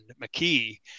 McKee